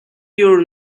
your